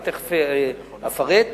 תיכף אפרט,